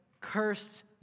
Cursed